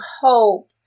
hope